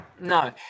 No